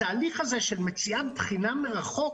התהליך הזה של מציאת בחינה מרחוק,